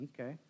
Okay